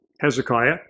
Hezekiah